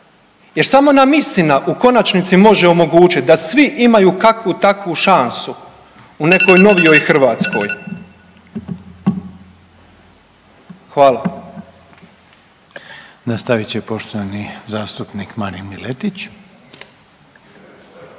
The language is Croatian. jer samo nam istina u konačnici može omogućiti da svi imaju kakvu takvu šansu u nekoj novijoj Hrvatskoj. Hvala. **Reiner, Željko (HDZ)** Nastavit će poštovani zastupnik Marin Miletić.